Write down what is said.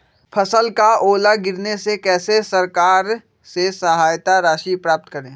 फसल का ओला गिरने से कैसे सरकार से सहायता राशि प्राप्त करें?